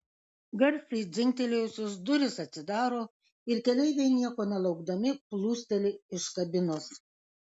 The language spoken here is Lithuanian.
garsiai dzingtelėjusios durys atsidaro ir keleiviai nieko nelaukdami plūsteli iš kabinos